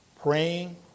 Praying